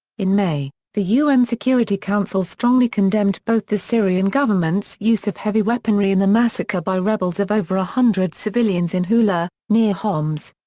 in may, the un security council strongly condemned both the syrian government's use of heavy weaponry and the massacre by rebels of over a hundred civilians in houla, near homs.